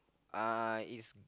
uh is